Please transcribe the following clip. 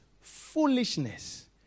foolishness